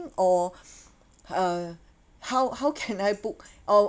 or uh how how can I book or